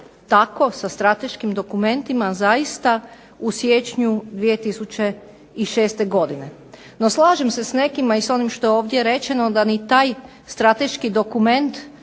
tako sa strateškim dokumentima zaista u siječnju 2006. godine. No, slažem se sa nekima i sa onim što je ovdje rečeno da ni taj strateški dokument